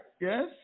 yes